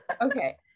Okay